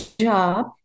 job